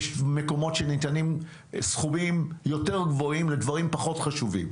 יש מקומות שניתנים סכומים יותר גבוהים לדברים פחות חשובים.